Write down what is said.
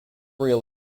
real